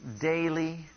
Daily